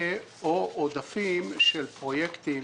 ו/או עודפים של פרויקטים